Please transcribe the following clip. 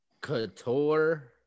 Couture –